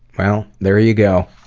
well, there ya go.